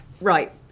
Right